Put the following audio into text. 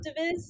activists